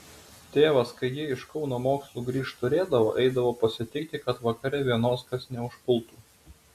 tėvas kai ji iš kauno mokslų grįžt turėdavo eidavo pasitikti kad vakare vienos kas neužpultų